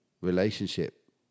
relationship